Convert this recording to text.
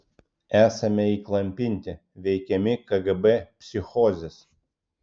esame įklampinti veikiami kgb psichozės